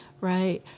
right